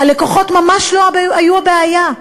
הלקוחות ממש לא היו הבעיה.